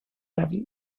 level